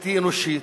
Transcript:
בלתי אנושית,